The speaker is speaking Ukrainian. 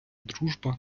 дружба